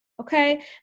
okay